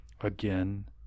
again